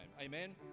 Amen